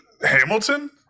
Hamilton